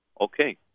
okay